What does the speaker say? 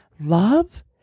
love